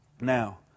Now